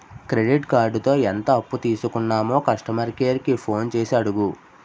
credit కార్డుతో ఎంత అప్పు తీసుకున్నామో కస్టమర్ కేర్ కి ఫోన్ చేసి అడుగు